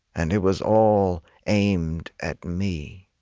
and it was all aimed at me